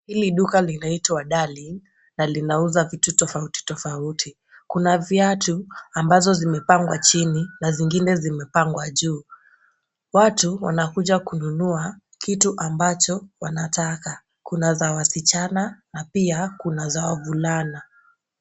Hili duka linaitwa Darling, linauza vitu tofauti tofauti. Kuna viatu ambazo zimepangwa chini na zingine zimepangwa juu. Watu wanakuja kununua kitu ambacho wanataka, kuna za wasichana na pia kuna za wavulana.